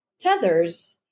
tethers